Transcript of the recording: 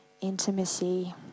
intimacy